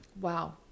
Wow